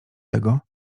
tego